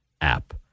app